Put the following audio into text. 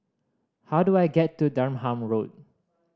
how do I get to Durham Road